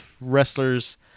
wrestlers